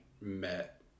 met